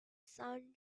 sun